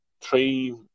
three